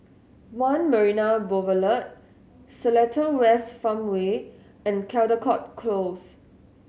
One Marina Boulevard Seletar West Farmway and Caldecott Close